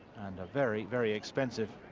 and a very, very expensive